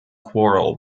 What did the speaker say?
quarrel